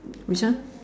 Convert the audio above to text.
which one